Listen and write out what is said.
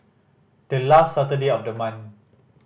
the last Saturday of the month